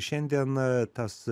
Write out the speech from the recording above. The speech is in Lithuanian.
šiandien tas